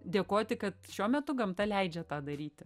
dėkoti kad šiuo metu gamta leidžia tą daryti